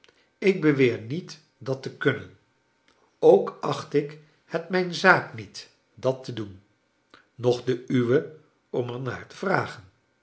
ik beweer niet dat te kunnen ook acht ik het mijn zaak niet dat te doen noch de uwe om er naar te vragen